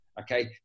okay